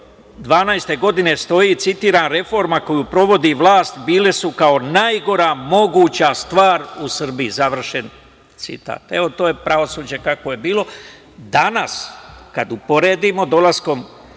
2012. godine stoji, citiram – reforma koju sprovodi vlast bile su kao najgora moguća stvar u Srbiji, završen citat. Evo, to je pravosuđe kakvo je bilo. Danas kad uporedimo sa dolaskom